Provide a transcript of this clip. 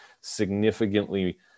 significantly